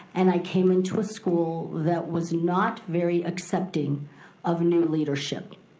and i came into a school that was not very accepting of new leadership.